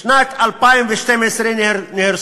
בשנת 2012 נהרסו